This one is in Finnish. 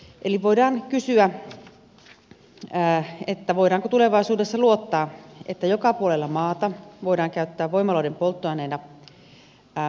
eli voidaan kysyä voidaanko tulevaisuudessa luottaa siihen että joka puolella maata voidaan käyttää voimaloiden polttoaineena metsähaketta